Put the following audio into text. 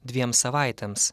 dviem savaitėms